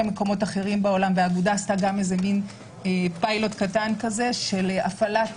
האגודה עשתה מן פיילוט קטן של הפעלת